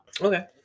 Okay